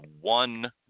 One